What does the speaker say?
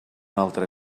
altre